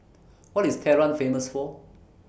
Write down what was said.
What IS Tehran Famous For